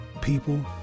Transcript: people